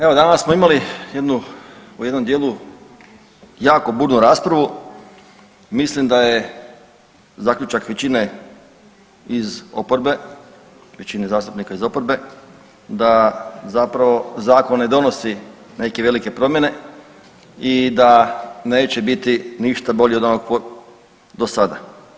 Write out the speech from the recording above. Evo danas smo imali jednu u jednom dijelu jako burnu raspravu, mislim da je zaključak većine iz oporbe, većine zastupnika iz oporbe da zapravo Zakon ne donosi neke velike promjene i da neće biti ništa bolji od onog do sada.